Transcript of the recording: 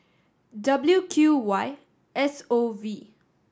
W Q Y S O V